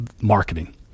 marketing